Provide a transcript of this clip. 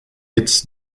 its